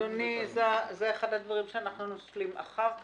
זה אחד הדברים שנשלים אחר כך.